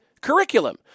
curriculum